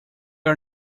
are